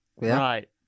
Right